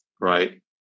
right